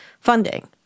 funding